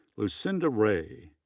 lucinda ray,